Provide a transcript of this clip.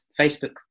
facebook